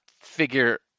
figure